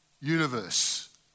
universe